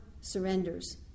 surrenders